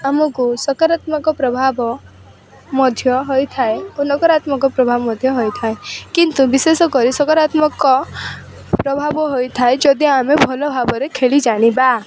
ଆମକୁ ସକାରାତ୍ମକ ପ୍ରଭାବ ମଧ୍ୟ ହୋଇଥାଏ ଓ ନକରାତ୍ମକ ପ୍ରଭାବ ମଧ୍ୟ ହୋଇଥାଏ କିନ୍ତୁ ବିଶେଷ କରି ସକାରାତ୍ମକ ପ୍ରଭାବ ହୋଇଥାଏ ଯଦି ଆମେ ଭଲ ଭାବରେ ଖେଳି ଜାଣିବା